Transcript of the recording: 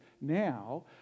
now